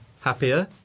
Happier